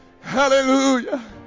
Hallelujah